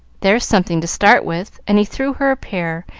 there's something to start with and he threw her a pair,